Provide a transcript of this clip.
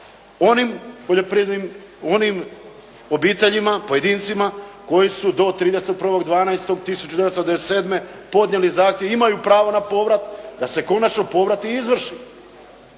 onim obiteljima, pojedincima koji su do 31.12.1997. podnijeli zahtjev, imaju pravo na povrat, da se konačno povrat i izvrši.